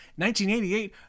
1988